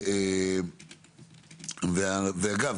ואגב,